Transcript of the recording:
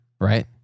right